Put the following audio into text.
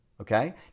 okay